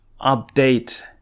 update